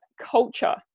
culture